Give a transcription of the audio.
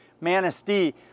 Manistee